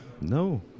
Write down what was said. No